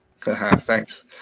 thanks